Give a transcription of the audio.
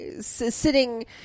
sitting